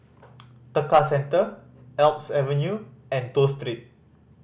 Tekka Centre Alps Avenue and Toh Street